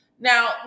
Now